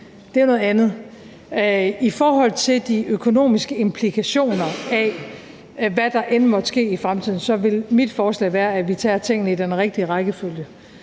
det er jo noget andet. I forhold til de økonomiske implikationer af, hvad der end måtte ske i fremtiden, vil mit forslag være, at vi tager tingene i den rigtige rækkefølge.